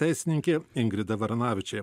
teisininkė ingrida varanavičė